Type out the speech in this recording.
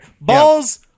Balls